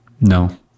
No